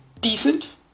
decent